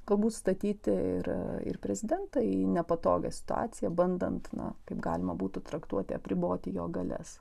galbūt statyti ir ir prezidentą į nepatogią situaciją bandant na kaip galima būtų traktuoti apriboti jo galias